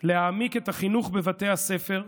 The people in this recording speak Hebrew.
להעמיק את החינוך בבתי הספר,